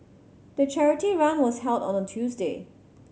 the charity run was held on a Tuesday